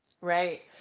Right